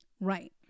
Right